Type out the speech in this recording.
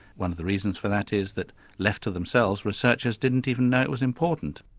one of the reasons for that is that left to themselves researchers didn't even know it was important.